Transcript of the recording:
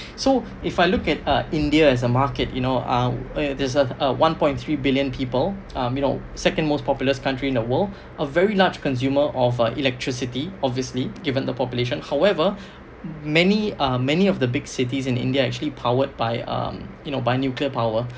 so if I look at uh india as a market you know um there's a one point three billion people um you know second most populous country in the world a very large consumer of uh electricity obviously given the population however many uh many of the big cities in india actually powered by um you know by nuclear power